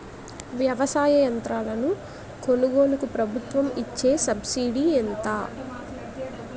వ్యవసాయ యంత్రాలను కొనుగోలుకు ప్రభుత్వం ఇచ్చే సబ్సిడీ ఎంత?